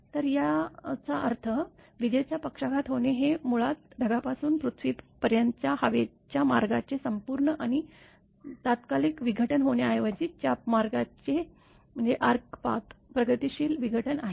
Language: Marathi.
तर याचा अर्थ विजेचा पक्षाघात होणे हे मुळात ढगापासून पृथ्वीपर्यंतच्या हवेच्या मार्गाचे संपूर्ण आणि तात्कालिक विघटन होण्याऐवजी चाप मार्गाचे प्रगतिशील विघटन आहे